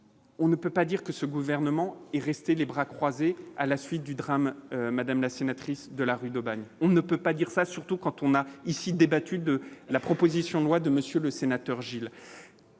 On ne peut pas dire que ce gouvernement est resté les bras croisés à la suite du drame, madame la sénatrice de la rue d'Aubagne, on ne peut pas dire ça, surtout quand on a ici débattu de la proposition de loi de monsieur le sénateur, Gilles,